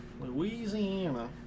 Louisiana